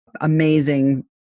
amazing